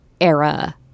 era